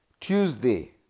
Tuesday